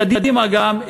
קדימה גם,